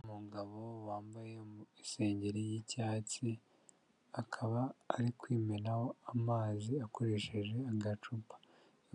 Umugabo wambaye mu isengeri y'icyatsi akaba ari kwimenaho amazi akoresheje agacupa,